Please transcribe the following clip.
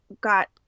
got